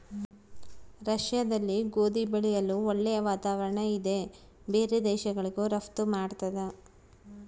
ರಷ್ಯಾದಲ್ಲಿ ಗೋಧಿ ಬೆಳೆಯಲು ಒಳ್ಳೆ ವಾತಾವರಣ ಇದೆ ಬೇರೆ ದೇಶಗಳಿಗೂ ರಫ್ತು ಮಾಡ್ತದೆ